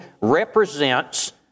represents